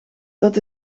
dat